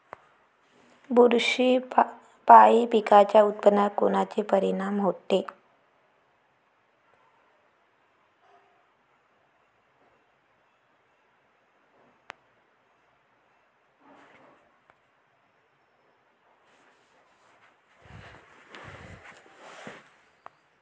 बुरशीपायी पिकाच्या उत्पादनात कोनचे परीनाम होते?